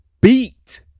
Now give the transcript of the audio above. beat